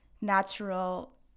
natural